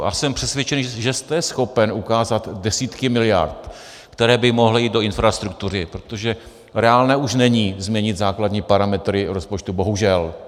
A jsem přesvědčen, že jste schopen ukázat desítky miliard, které by mohly jít do infrastruktury, protože reálné už není změnit základní parametry rozpočtu, bohužel.